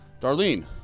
Darlene